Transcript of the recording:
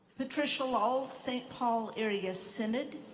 patricia lull, st. paul area synod.